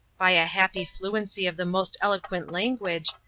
by a happy fluency of the most eloquent language,